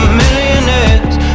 millionaires